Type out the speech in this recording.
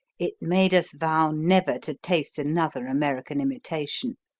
it made us vow never to taste another american imitation.